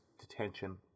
detention